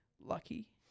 lucky